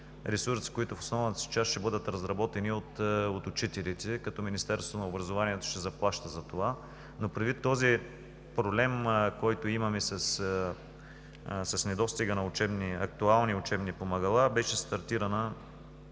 ресурси, които в основната си част ще бъдат разработени от учителите, като Министерството на образованието ще заплаща за това. Предвид обаче проблемът, който имаме с недостига на актуални учебни помагала, беше стартиран